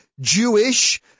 Jewish